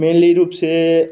mainly रूप से